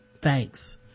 thanks